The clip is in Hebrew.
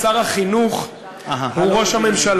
בשמו של שר החינוך, הוא ראש הממשלה.